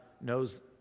knows